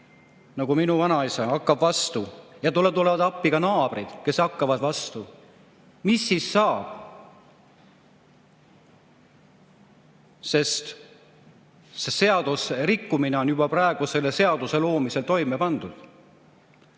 nagu minu vanaisa, hakkab vastu ja talle tulevad appi naabrid, kes hakkavad ka vastu. Mis siis saab? Sest seaduserikkumine on juba selle seaduse loomisel toime pandud.